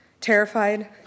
terrified